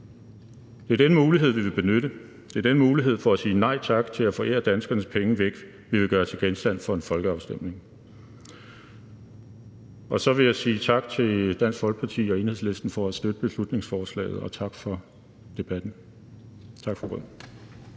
Det er den mulighed, vi vil benytte, det er den mulighed for at sige nej tak til at forære danskernes penge væk, vi vil gøre til genstand for en folkeafstemning. Så vil jeg sige tak til Dansk Folkeparti og Enhedslisten for at støtte beslutningsforslaget, og tak for debatten. Tak for ordet.